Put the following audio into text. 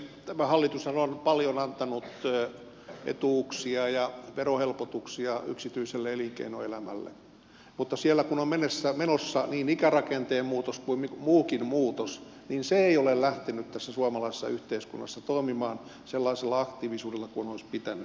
tämä hallitushan on paljon antanut etuuksia ja verohelpotuksia yksityiselle elinkeinoelämälle mutta kun siellä on menossa niin ikärakenteen muutos kuin muukin muutos niin se ei ole lähtenyt tässä suomalaisessa yhteiskunnassa toimimaan sellaisella aktiivisuudella kuin olisi pitänyt